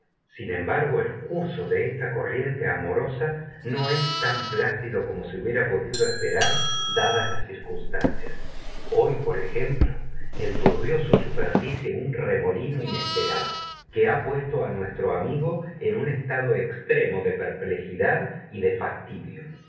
sin embargo el curso de esta comente amorosa no es tan plácido como se hubiera podido esperar dadas las circunstancias hoy por ejemplo enturbió su superficie un remolino inesperado que ha puesto á nuestro amigo en un estado extremo de perplejidad y de fastidio